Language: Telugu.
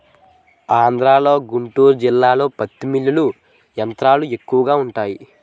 ఆంధ్రలో గుంటూరు జిల్లాలో పత్తి మిల్లులు యంత్రాలు ఎక్కువగా వుంటాయి